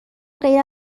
غیر